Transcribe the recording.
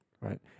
Right